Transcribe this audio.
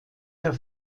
der